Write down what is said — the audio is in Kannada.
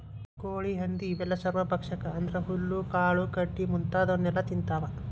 ಕೋಳಿ ಹಂದಿ ಇವೆಲ್ಲ ಸರ್ವಭಕ್ಷಕ ಅಂದ್ರ ಹುಲ್ಲು ಕಾಳು ಕಡಿ ಮುಂತಾದವನ್ನೆಲ ತಿಂತಾವ